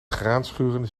graanschuren